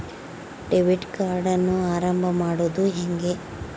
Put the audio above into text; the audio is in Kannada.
ಡೆಬಿಟ್ ಕಾರ್ಡನ್ನು ಆರಂಭ ಮಾಡೋದು ಹೇಗೆ?